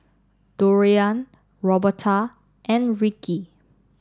Dorian Roberta and Ricky